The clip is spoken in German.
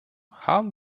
haben